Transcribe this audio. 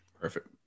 Perfect